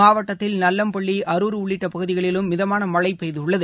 மாவட்டத்தில் நல்லம்பள்ளி அரூர் உள்ளிட்ட பகுதிகளிலும் மிதமான மழை பெய்துள்ளது